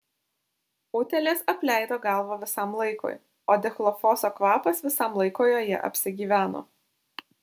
utėlės apleido galvą visam laikui o dichlofoso kvapas visam laikui joje apsigyveno